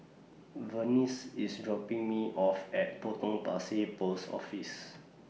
Vernice IS dropping Me off At Potong Pasir Post Office